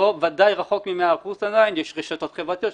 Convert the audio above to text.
ודאי רחוק ממאה אחוז עדיין יש רשתות חברתיות,